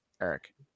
Eric